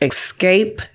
Escape